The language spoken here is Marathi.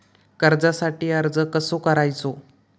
कर्जासाठी अर्ज कसो करायचो?